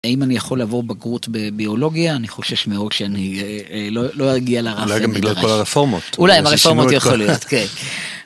האם אני יכול לעבור בגרות בביולוגיה? אני חושש מאוד שאני לא אגיע למינימום הנדרש. אולי גם בגלל כל הרפורמות. אולי הרפורמות יכולות, כן.